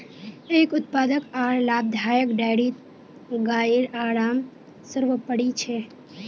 एक उत्पादक आर लाभदायक डेयरीत गाइर आराम सर्वोपरि छ